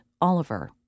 Oliver